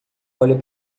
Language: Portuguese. olha